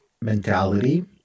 mentality